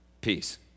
Peace